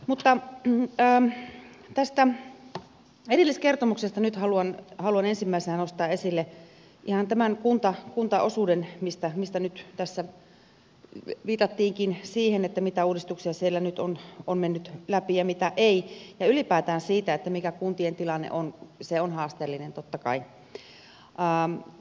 mutta tästä erilliskertomuksesta nyt haluan ensimmäisenä nostaa esille ihan tämän kuntaosuuden mihin nyt tässä viitattiinkin sen mitä uudistuksia siellä nyt on mennyt läpi ja mitä ei ja ylipäätään sen mikä kuntien tilanne on se on haasteellinen totta kai